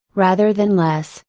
rather than less,